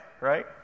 right